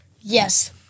Yes